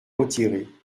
retirer